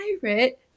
pirate